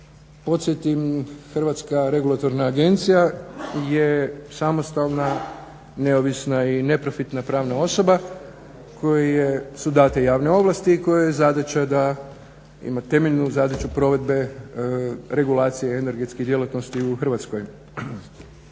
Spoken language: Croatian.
podsjetim, HERA je samostalna, neovisna i neprofitna pravna osoba kojoj su date javne ovlasti i kojoj je zadaća da ima temeljnu zadaću provedbe regulacije energetskih djelatnosti u Hrvatskoj.